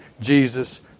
Jesus